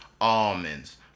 almonds